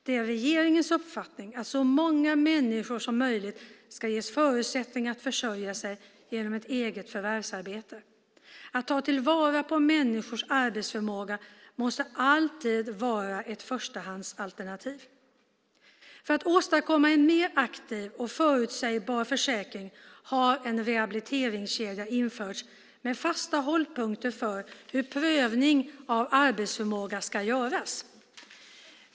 Det är regeringens uppfattning att så många människor som möjligt ska ges förutsättningar att försörja sig genom ett eget förvärvsarbete. Att ta till vara människors arbetsförmåga måste alltid vara ett förstahandsalternativ. För att åstadkomma en mer aktiv och förutsägbar försäkring har en rehabiliteringskedja införts med fasta hållpunkter för hur prövning av arbetsförmågan ska göras.